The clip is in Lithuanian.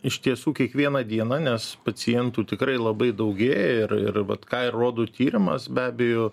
iš tiesų kiekvieną dieną nes pacientų tikrai labai daugėja ir ir vat ką ir rodo tyrimas be abejo